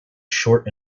short